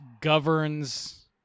governs